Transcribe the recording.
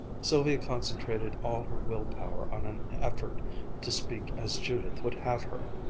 sylvia concentrated all her will-power on an effort to speak as judith would have her,